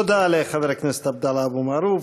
תודה לחבר הכנסת עבדאללה אבו מערוף.